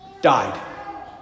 died